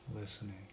listening